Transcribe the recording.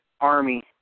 army